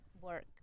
work